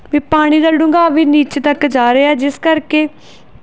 ਵੀ ਪਾਣੀ ਦਾ ਡੂੰਘਾਓ ਵੀ ਨੀਚੇ ਤੱਕ ਜਾ ਰਿਹਾ ਜਿਸ ਕਰਕੇ